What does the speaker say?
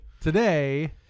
today